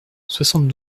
soixante